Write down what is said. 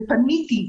פניתי,